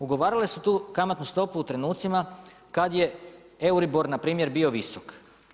Ugovarale su tu kamatnu stopu u trenucima kad je EURIBOR npr. bio visok.